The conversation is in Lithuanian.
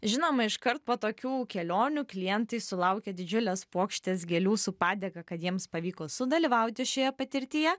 žinoma iškart po tokių kelionių klientai sulaukia didžiulės puokštės gėlių su padėka kad jiems pavyko sudalyvauti šioje patirtyje